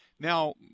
Now